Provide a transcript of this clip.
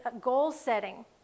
goal-setting